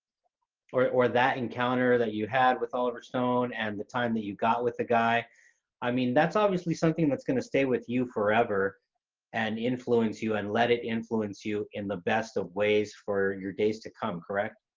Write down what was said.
or or that encounter that you had with oliver stone and the time that you got with the guy i mean that's obviously something that's going to stay with you forever and influence you and let it influence you in the best of ways for your days to come, correct?